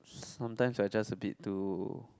sometimes I just a bit too